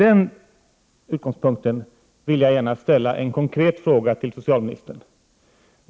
Jag vill ställa en konkret fråga till socialministern med utgångspunkt i detta konstaterande.